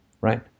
right